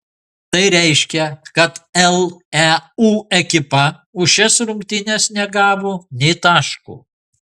tai reiškia kad leu ekipa už šias rungtynes negavo nė taško